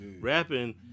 rapping